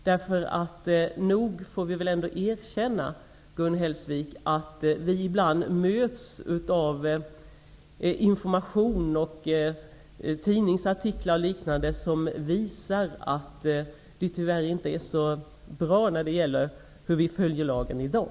Vi får nog ändå erkänna, Gun Hellsvik, att vi ibland möts av information, tidningsartiklar och liknande som visar att vi tyvärr inte följer lagen så bra i dag.